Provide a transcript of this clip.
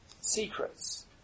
secrets